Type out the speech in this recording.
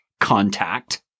contact